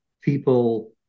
people